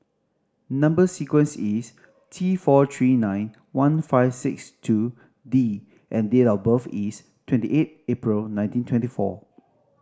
number sequence is T four three nine one five six two D and date of birth is twenty eight April nineteen twenty four